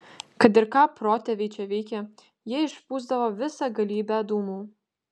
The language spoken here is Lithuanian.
kad ir ką protėviai čia veikė jie išpūsdavo visą galybę dūmų